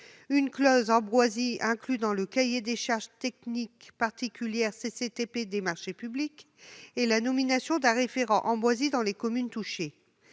« clause ambroisie » dans les cahiers des clauses techniques particulières des marchés publics ; nomination d'un référent ambroisie dans les communes touchées.